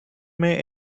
may